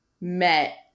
met